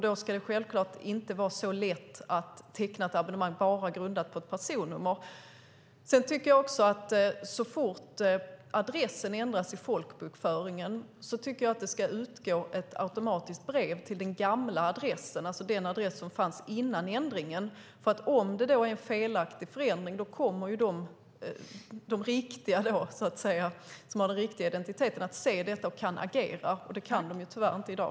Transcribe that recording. Då ska det självklart inte vara så lätt att teckna ett abonnemang enbart grundat på ett personnummer. Så fort adressen ändras i folkbokföringen tycker jag att det automatiskt ska gå ett brev till den gamla adressen, det vill säga den adress som fanns innan ändringen. Om det är en felaktig förändring kommer de som har de riktiga identiteterna att se detta och kan agera. Det kan de tyvärr inte i dag.